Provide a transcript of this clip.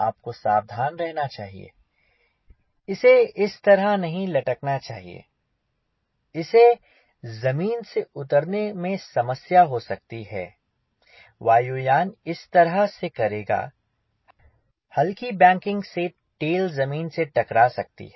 आपको सावधान रहना चाहिए इसे इस तरह नहीं लटकना चाहिए इससे जमीन पर उतरने में समस्या हो सकती है वायुयान इस तरह से करेगा हल्की बैंकिंग से टेल जमीन से टकरा सकती है